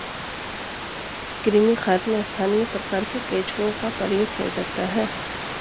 कृमि खाद में स्थानीय प्रकार के केंचुओं का प्रयोग किया जाता है